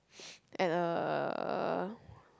at a